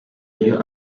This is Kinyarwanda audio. iyo